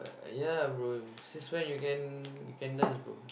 ya bro since when you can you can dance bro